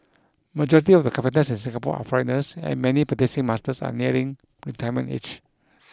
majority of the carpenters in Singapore are foreigners and many practising masters are nearing retirement age